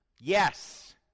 Yes